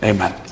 Amen